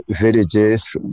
villages